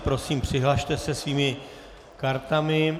Prosím, přihlaste se svými kartami.